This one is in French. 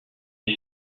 est